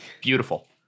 beautiful